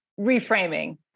reframing